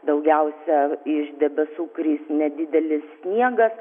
daugiausia iš debesų kris nedidelis sniegas